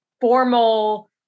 formal